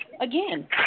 Again